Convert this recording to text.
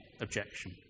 objection